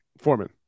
Foreman